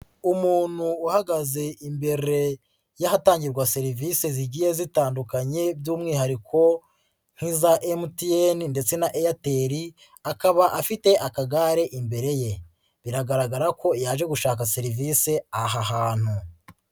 Umuntu uhagaze imbere y'ahatangirwa serivise zigiye zitandukanye by'umwihariko nk'iza MTN ndetse na Airtel, akaba afite akagare imbere ye biragaragara ko yaje gushaka serivise aha hantu.